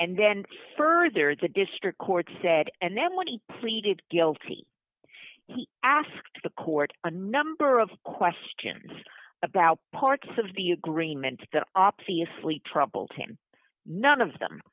and then further the district court said and then when he pleaded guilty he asked the court a number of questions about parts of the agreement that obviously troubled him none of them